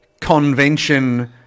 convention